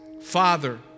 Father